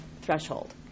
threshold